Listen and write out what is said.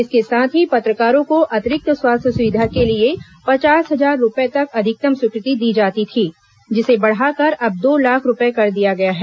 इसके साथ ही पत्रकारों को अतिरिक्त स्वास्थ्य सुविधा के लिए पचास हजार रुपये तक अधिकतम स्वीकृति दी जाती थी जिसे बढ़ाकर अब दो लाख रुपये कर दिया गया है